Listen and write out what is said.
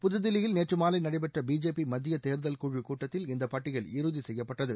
புதுதில்லியில் நேற்று மாலை நடைபெற்ற பிஜேபி மத்திய தேர்தல் குழு கூட்டத்தில் இந்த பட்டியல் இறுதி செய்யப்பட்டது